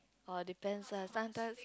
orh depends lah sometime